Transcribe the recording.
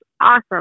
awesome